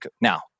now